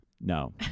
No